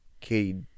Katie